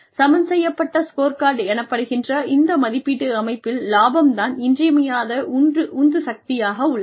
சமன்செய்யப்பட்ட scorecard எனப்படுகின்ற இந்த மதிப்பீட்டு அமைப்பில் இலாபம் தான் இன்றியமையாத உந்து சக்தியாக உள்ளது